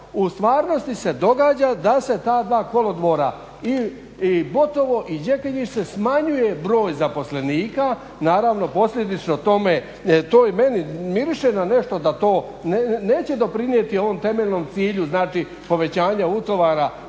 U stvarnosti se događa da se ta dva kolodvora i Botovo i Đekenjiš se smanjuje broj zaposlenika naravno posljedično tome to i meni miriše na nešto da to neće doprinijeti ovom temeljnom cilju znači povećanja utovara